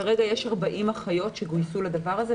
כרגע יש 40 אחיות שגויסו לדבר הזה,